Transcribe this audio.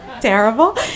Terrible